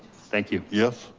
thank you. yes.